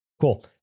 Cool